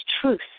truth